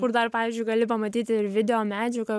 kur dar pavyzdžiui gali pamatyti ir videomedžiagą